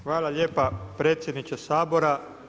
Hvala lijepa predsjedniče Sabora.